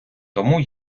тому